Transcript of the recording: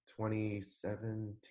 2017